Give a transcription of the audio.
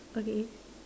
okay